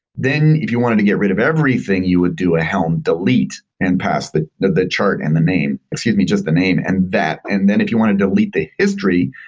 then if you wanted to get rid of everything, you would do a helm delete and pass the the chart and the name excuse me, just the name, and that, and then if you want to delete the history,